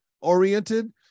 oriented